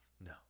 No